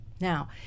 Now